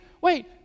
Wait